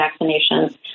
vaccinations